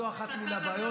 זו אחת הבעיות,